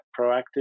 proactive